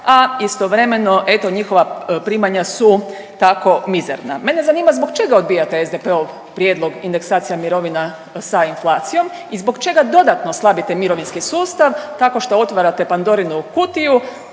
a istovremeno eto njihova primanja su tako mizerna. Mene zanima zbog čega odbijate SDP-ov prijedlog indeksacija mirovina sa inflacijom i zbog čega dodatno slabite mirovinski sustav tako što otvarate Pandorinu kutiju,